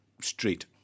street